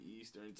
Eastern